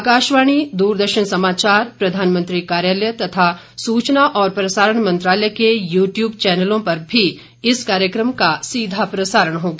आकाशवाणी दूरदर्शन समाचार प्रधानमंत्री कार्यालय तथा सूचना और प्रसारण मंत्रालय के यू ट्यूब चैनलों पर भी इस कार्यक्रम का सीधा प्रसारण होगा